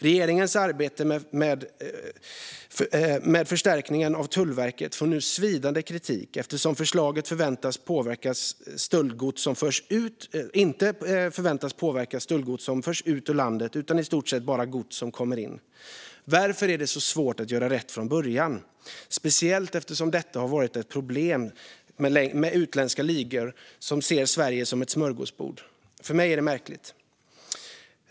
Regeringens arbete med förstärkningen av Tullverket får nu svidande kritik eftersom förslaget inte förväntas påverka stöldgods som förs ut ur landet utan i stort sett bara gods som kommer in. Varför är det så svårt att göra rätt från början? Utländska ligor som ser Sverige som ett smörgåsbord har ju länge varit ett problem. För mig är det märkligt.